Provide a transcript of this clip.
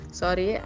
sorry